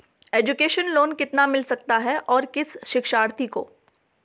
Education loan कितना मिल सकता है और किस शिक्षार्थी को?